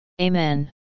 Amen